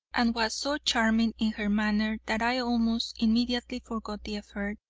and was so charming in her manner that i almost immediately forgot the affair,